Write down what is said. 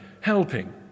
helping